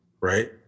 Right